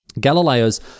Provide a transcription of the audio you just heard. Galileo's